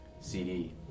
CD